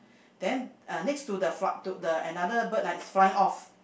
then uh next to the fly to the another bird ah is flying off